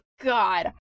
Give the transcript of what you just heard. god